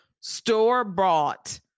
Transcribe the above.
store-bought